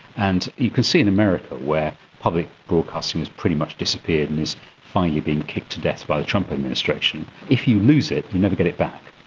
and you can see in america where public broadcasting has pretty much disappeared and is finally being kicked to death by the trump administration. if you lose it, you never get it back.